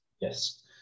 Yes